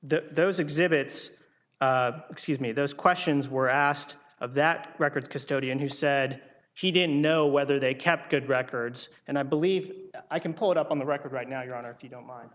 those exhibits excuse me those questions were asked of that record custodian who said she didn't know whether they kept good records and i believe i can put up on the record right now your honor if you don't mind